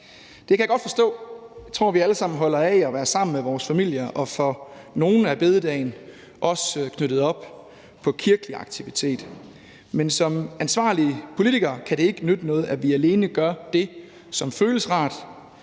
Det kan jeg godt forstå; jeg tror, vi alle sammen holder af at være sammen med vores familier, og for nogle er bededagen også knyttet op på kirkelig aktivitet. Men som ansvarlige politikere kan det ikke nytte noget, at vi alene gør det, som føles rart.